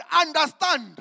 understand